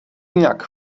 nijak